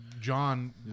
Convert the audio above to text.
John